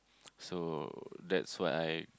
so that's what I